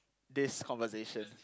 this conversation